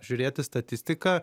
žiūrėti statistiką